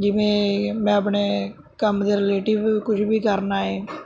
ਜਿਵੇਂ ਮੈਂ ਆਪਣੇ ਕੰਮ ਦੇ ਰਿਲੇਟਿਵ ਕੁਛ ਵੀ ਕਰਨਾ ਹੈ